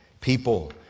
people